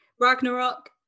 Ragnarok